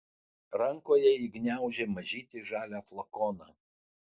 rankoje ji gniaužė mažytį žalią flakoną